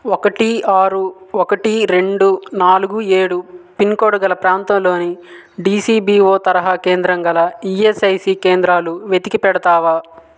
ఒకటి ఆరు ఒకటి రెండు నాలుగు ఏడు పిన్ కోడ్ గల ప్రాంతంలోని డిసిబిఓ తరహా కేంద్రం గల ఇఎస్ఐసి కేంద్రాలు వెటికి పెడతావా